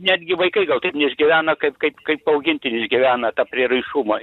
netgi vaikai gal taip neišgyvena kaip kaip kaip augintiniai išgyvena tą prieraišumą